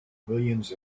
millions